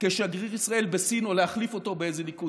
כשגריר ישראל בסין או להחליף אותו באיזה ליכודניק.